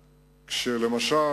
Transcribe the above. כשלמשל,